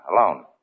alone